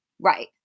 Right